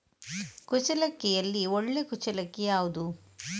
ಕುಚ್ಚಲಕ್ಕಿಯಲ್ಲಿ ಒಳ್ಳೆ ಕುಚ್ಚಲಕ್ಕಿ ಯಾವುದು?